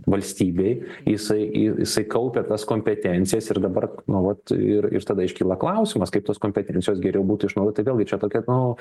valstybei jisai i jisai kaupia tas kompetencijas ir dabar nu vat ir ir tada iškyla klausimas kaip tos kompetencijos geriau būtų iš naujo tai vėlgi čia tokia nu